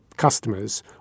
customers